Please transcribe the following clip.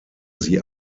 sie